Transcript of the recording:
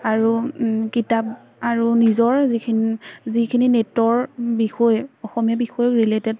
আৰু কিতাপ আৰু নিজৰ যিখিন যিখিনি নেটৰ বিষয়ে অসমীয়া বিষয়ক ৰিলেটেড